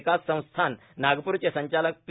विकास संस्थान नागपूरचे संचालक पी